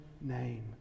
name